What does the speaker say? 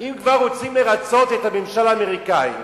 אם כבר רוצים לרצות את הממשל האמריקני,